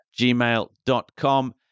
gmail.com